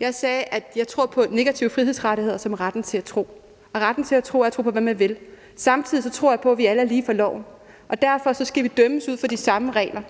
Jeg sagde, at jeg tror på negative frihedsrettigheder som retten til at tro. Og retten til at tro er at tro på, hvad man vil. Samtidig tror jeg på, vi alle er lige for loven, og derfor skal vi dømmes ud fra de samme regler.